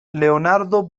leonardo